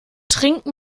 trinken